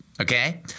Okay